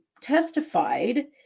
testified